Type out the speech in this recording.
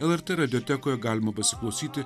lrt radiotekoje galima pasiklausyti